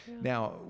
now